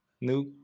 no